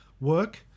work